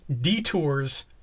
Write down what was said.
detours